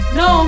no